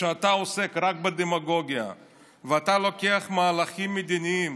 כשאתה עוסק רק בדמגוגיה ואתה לוקח מהלכים מדיניים